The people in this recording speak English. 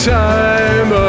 time